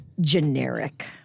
Generic